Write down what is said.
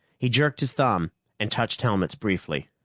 he jerked his thumb and touched helmets briefly.